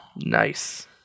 Nice